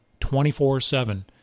24-7